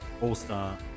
All-Star